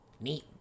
neat